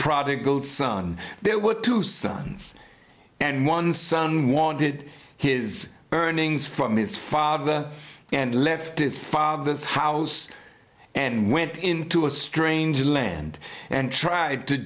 prodigal son there were two sons and one son wanted his earnings from his father and left his father's house and went into a strange land and tried to